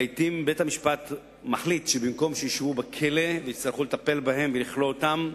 לעתים בית-המשפט מחליט שבמקום שישבו בכלא ויצטרכו לטפל בהם ולכלוא אותם,